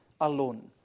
alone